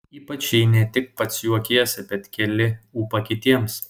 ypač jei ne tik pats juokiesi bet keli ūpą kitiems